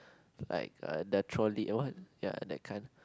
like the trolley what ya that kind